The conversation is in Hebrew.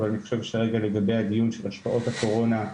אבל אני חושב שכרגע לגבי הדיון של השפעות הקורונה,